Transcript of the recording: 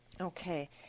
Okay